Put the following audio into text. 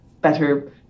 better